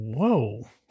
Whoa